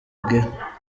gea